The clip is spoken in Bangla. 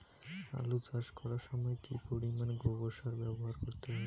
আলু চাষ করার সময় কি পরিমাণ গোবর সার ব্যবহার করতে হবে?